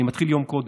אני מתחיל יום קודם,